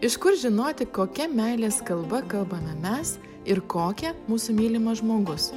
iš kur žinoti kokia meilės kalba kalbame mes ir kokia mūsų mylimas žmogus